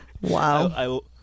Wow